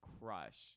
crush